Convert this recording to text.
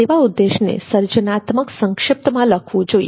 સેવા ઉદ્દેશને સર્જનાત્મક સંક્ષિપ્તમાં લખવું જોઈએ